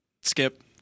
Skip